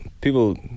people